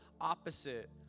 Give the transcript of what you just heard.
opposite